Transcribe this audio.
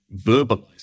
verbalizing